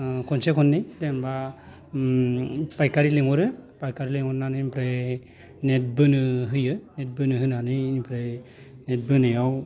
खनसे खननै जेनेबा फायखारि लिंहरो फायखारि लिंहरनानै ओमफ्राय नेट बोनो होयो नेट बोनो होनानै ओमफ्राय नेट बोनायाव